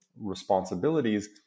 responsibilities